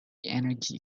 energy